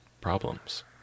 problems